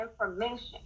information